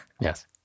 Yes